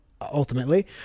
ultimately